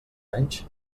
anys